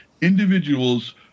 individuals